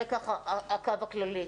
זה הקו הכללי.